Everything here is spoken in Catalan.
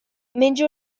menjo